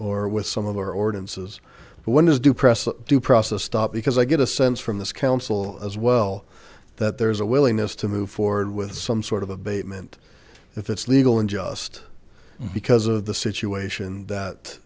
or with some of our ordinances what does depressed due process stop because i get a sense from this council as well that there's a willingness to move forward with some sort of abatement if it's legal and just because of the situation that